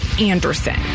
Anderson